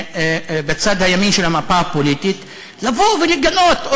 בצד ימין של המפה הפוליטית לבוא ולגנות,